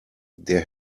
der